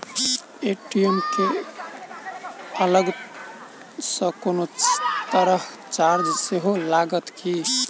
ATM केँ अलग सँ कोनो तरहक चार्ज सेहो लागत की?